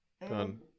Done